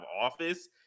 office